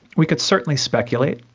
we could certainly speculate,